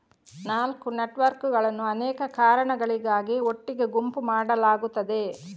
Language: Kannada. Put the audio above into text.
ನಾಲ್ಕು ನೆಟ್ವರ್ಕುಗಳನ್ನು ಅನೇಕ ಕಾರಣಗಳಿಗಾಗಿ ಒಟ್ಟಿಗೆ ಗುಂಪು ಮಾಡಲಾಗುತ್ತದೆ